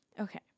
Okay